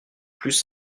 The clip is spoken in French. plus